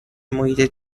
محیط